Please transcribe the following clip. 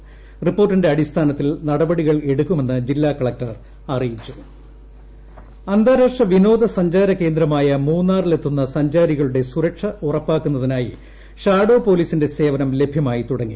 കുറിച്ച് റിപ്പോർട്ടിന്റെ അടിസ്ഥാനത്തിൽ നടപടികളെടുക്കുമെന്ന് ജില്ലാ കലക്ടർ അറിയിച്ചു ഷാഡോ പോലീസ് ഇൻട്രോ അന്താരാഷ്ട്ര വിനോദ സഞ്ചാര കേന്ദ്രമായ മൂന്നാറിലെത്തുന്ന സഞ്ചാരികളുടെ സുരക്ഷ ഉറപ്പാക്കുന്നതിനായി ഷാഡോ പോലീസിന്റെ ലഭ്യമായി സേവനം തുടങ്ങി